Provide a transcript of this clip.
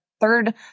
third